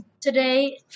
today